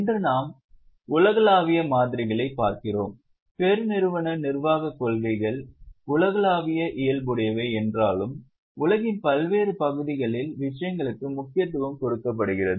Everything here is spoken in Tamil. இன்று நாம் உலகளாவிய மாதிரிகளைப் பார்க்கிறோம் பெருநிறுவன நிர்வாகக் கொள்கைகள் உலகளாவிய இயல்புடையவை என்றாலும் உலகின் பல்வேறு பகுதிகளில் விஷயங்களுக்கு முக்கியத்துவம் கொடுக்கப்படுகிறது